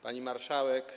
Pani Marszałek!